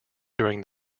during